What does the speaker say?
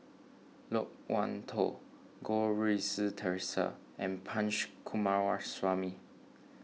Loke Wan Tho Goh Rui Si theresa and Punch Coomaraswamy